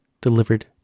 delivered